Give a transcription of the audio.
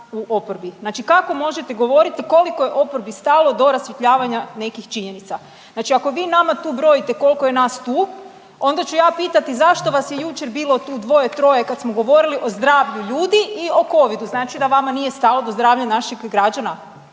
u oporbi. Znači kako možete govoriti koliko je oporbi stalo do rasvjetljavanja nekih činjenica. Znači ako vi nama tu brojite koliko je nas tu onda ću ja pitati zašto vas je jučer bilo tu 2-3 kad smo govorili o zdravlju ljudi i o covidu. Znači, da vama nije stalo do zdravlja naših građana.